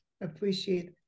appreciate